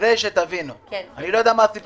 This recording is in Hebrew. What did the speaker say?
אין טעם